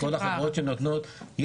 בכל החברות שנותנות,